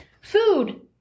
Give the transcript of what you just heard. Food